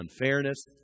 unfairness